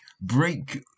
break